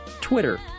Twitter